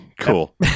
Cool